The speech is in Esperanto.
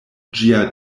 ĝia